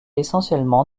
essentiellement